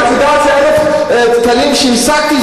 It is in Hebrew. כי את יודעת שהיו תקנים שהשגתי,